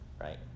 right